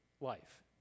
life